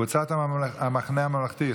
קבוצת סיעת המחנה הממלכתי,